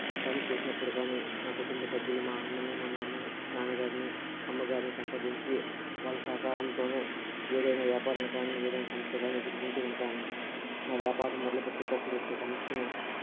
పని చేసినప్పుడు గాని నా కుటుంబ సభ్యులు మా అన్నను మా నాన్నను నాన్నగారిని అమ్మగారిని సంప్రదించి వాళ్ళ సహకారంతోనే ఏదైనా వ్యాపారం కానీ ఏదైనా సమస్యను కానీ ఎదుర్కొంటాను నా వ్యాపారం మొదలు పెట్టేటప్పుడు వచ్చే సమస్యను